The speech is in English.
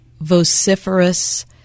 vociferous